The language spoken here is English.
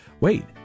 wait